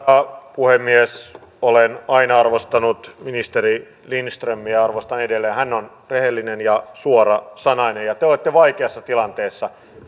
arvoisa puhemies olen aina arvostanut ministeri lindströmiä ja arvostan edelleen hän on rehellinen ja suorasanainen ja te te olette vaikeassa tilanteessa